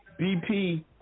BP